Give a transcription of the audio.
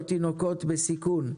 או תינוקות בסיכון.